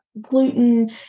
Gluten